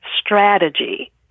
strategy